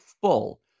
full